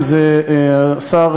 אם השר